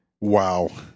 Wow